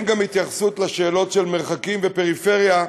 גם אין התייחסות לשאלות של מרחקים ופריפריה.